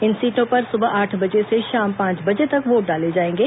इन सीटों पर सुबह आठ बजे से शाम पांच बजे तक वोट डाले जाएंगे